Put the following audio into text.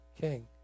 king